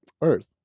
Earth